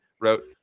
wrote